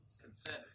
Consent